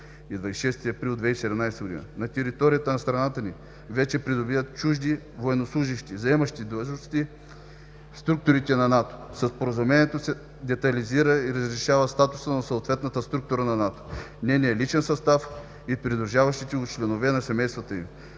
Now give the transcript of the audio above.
26 април 2017 г. На територията на страната ни вече пребивават чужди военнослужещи, заемащи длъжности в структурите на НАТО. Със Споразумението се детайлизира и разширява статусът на съответната структура на НАТО, нейният личен състав и придружаващите го членове на семействата им.